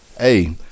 Hey